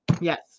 Yes